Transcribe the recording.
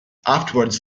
afterwards